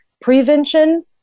prevention